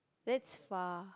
that's far